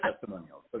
testimonials